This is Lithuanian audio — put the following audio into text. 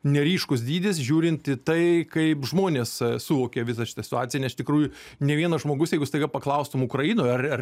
neryškus dydis žiūrint į tai kaip žmonės suvokia visą šitą situaciją nes iš tikrųjų ne vienas žmogus jeigu staiga paklaustum ukrainoj ar ar